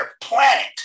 planet